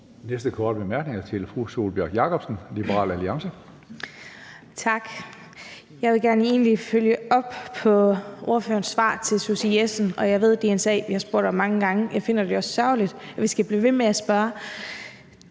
Næste korte bemærkning er til fru Sólbjørg Jakobsen, Liberal Alliance. Kl. 19:26 Sólbjørg Jakobsen (LA): Tak. Jeg vil egentlig gerne følge op på ordførerens svar til Susie Jessen. Jeg ved, det er en sag, vi har spurgt om mange gange, og jeg finder det også sørgeligt, at vi skal blive ved med at spørge.